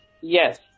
Yes